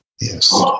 Yes